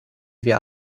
wir